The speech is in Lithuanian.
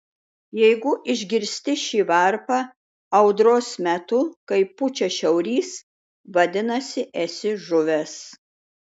jeigu išgirsti šį varpą audros metu kai pučia šiaurys vadinasi esi žuvęs